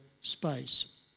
space